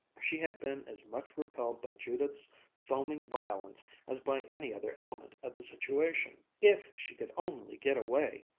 she had been as much repelled by judith's foaming violence as by any other element of the situation. if she could only get away!